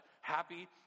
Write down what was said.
happy